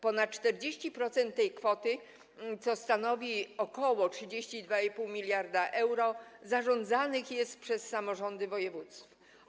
Ponad 40% tej kwoty, co stanowi ok. 32,5 mld euro, zarządzane jest przez samorządy województw.